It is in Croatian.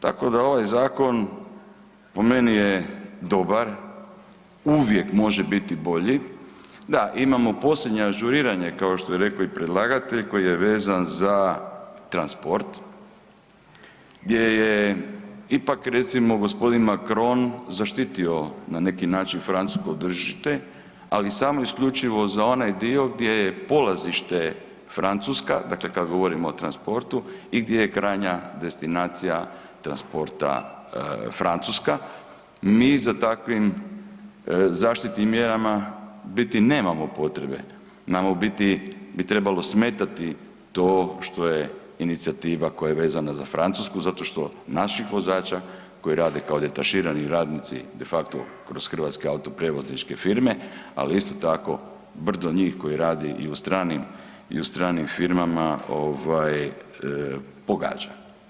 Tako da ovaj zakon po meni je dobar, uvijek može biti bolji, da imamo posljednje ažuriranje kao što je rekao i predlagatelj koji je vezan za transport gdje je ipak recimo gospodin Macron zaštitio na neki način francusko tržište ali samo isključivo za onaj dio gdje je polazište Francuska, dakle kad govorimo o transportu i gdje je krajnja destinacija transporta Francuska, mi za takvim zaštitnim mjerama u biti nemamo potrebe, nama u biti ti trebalo smetati to što je inicijativa koja je vezana za Francusku zato što naših vozača koji rade kao detaširani radnici defacto kroz hrvatske autoprijevozničke firme, ali isto tako brdo njih koji radi i u stranim, i u stranim firmama ovaj pogađa.